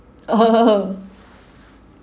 oh oh